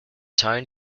town